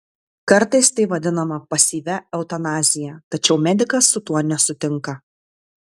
kartais tai vadinama pasyvia eutanazija tačiau medikas su tuo nesutinka